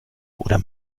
oder